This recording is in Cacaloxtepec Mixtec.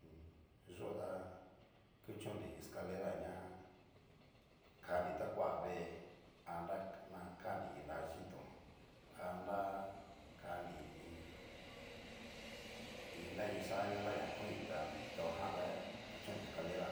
chó ta kuchonri escalera jan ña, kanri ta kua vee anra na kanri iin nra yitón anra kanri iin- iina in xian ña na koninri tá kitojan ta kuchonri escalera